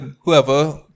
Whoever